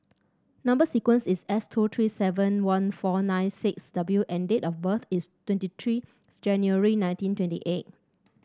number sequence is S two three seven one four nine six W and date of birth is twenty three January nineteen twenty eight